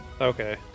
Okay